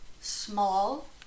small